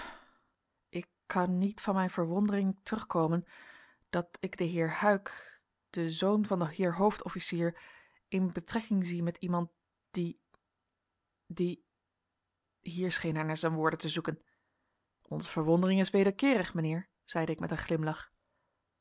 ik kan niet van mijn verwondering terugkomen dat ik den heer huyck den zoon van den heer hoofdofficier in betrekking zie met iemand die die hier scheen hij naar zijn woorden te zoeken onze verwondering is wederkeerig mijnheer zeide ik met een glimlach